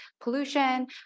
pollution